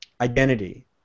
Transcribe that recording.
Identity